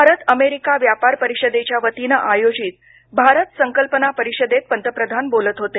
Bharat America व्यापार परिषदेच्या वतीनं आयोजित भारत संकल्पना परिषदेत पंतप्रधान बोलत होते